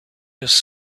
his